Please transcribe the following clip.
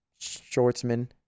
Schwartzman